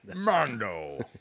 Mando